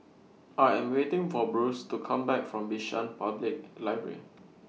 I Am waiting For Bruce to Come Back from Bishan Public Library